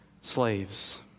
slaves